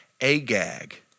Agag